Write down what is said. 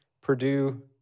Purdue